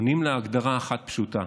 עונים להגדרה אחת פשוטה: